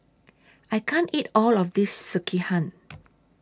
I can't eat All of This Sekihan